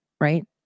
right